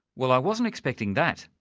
well i wasn't expecting that.